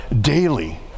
daily